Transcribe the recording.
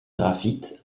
graphite